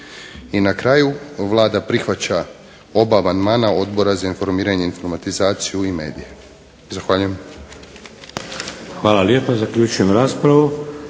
I na kraju, Vlada prihvaća oba amandmana Odbora za informiranje, informatizaciju i medije. Zahvaljujem. **Šeks, Vladimir (HDZ)** Hvala lijepa. Zaključujem raspravu.